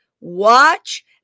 watch